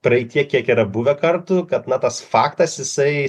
praeityje kiek yra buvę kartų kad na tas faktas jisai